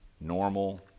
normal